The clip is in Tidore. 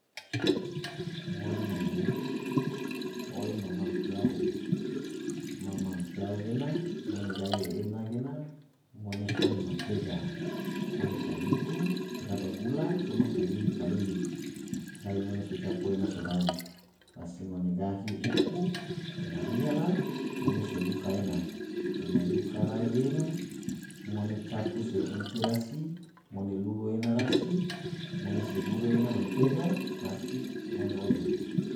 Ngori nange oyo mam-mam kiyau, mam-mam kiyau gena ngone gahi ena gena ngone foli mentega foli tarigu sedaba gula coma fanili, rai ngone sojapu ena sorai rasi ngone gahi uku toma ria la ngone so yuka ena, ena yuka rai gena ngona capu se unti rasi ngone lulu ena rasi ngone so gure mentega rasi ngone oyo.